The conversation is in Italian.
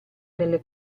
nelle